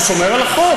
הוא שומר על החוק,